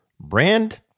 brand